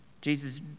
Jesus